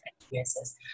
experiences